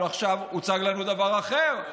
אבל עכשיו הוצג לנו דבר אחר,